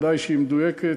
ודאי שהיא מדויקת.